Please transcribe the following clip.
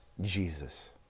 Jesus